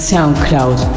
Soundcloud